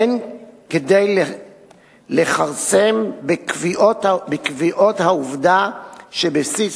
אין כדי לכרסם בקביעות העובדה שבבסיס